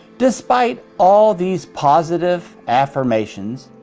despite all these positive affirmations,